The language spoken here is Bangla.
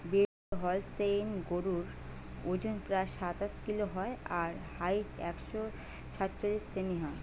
বেশিবয়সের হলস্তেইন গরুর অজন প্রায় সাতশ কিলো হয় আর হাইট একশ সাতচল্লিশ সেমি হয়